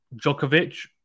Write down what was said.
Djokovic